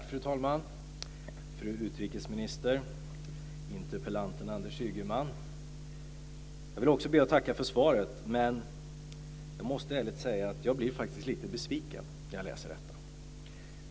Fru talman! Fru utrikesminister! Interpellanten Anders Ygeman! Jag vill också be att få tacka för svaret, men jag måste ärligt säga att jag faktiskt blir lite besviken när jag läser detta.